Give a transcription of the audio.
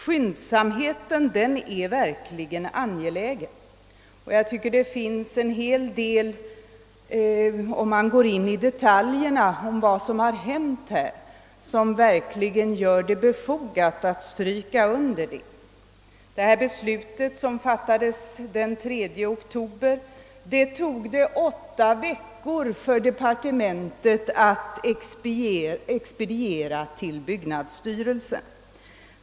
Skyndsamhet är verkligen angelägen, och om man i detalj granskar vad som har hänt finner man anledning att stryka under det. Det beslut som fattades den 3 oktober tog det åtta veckor för departementet att expediera till byggnadsstyrelsen.